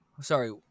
Sorry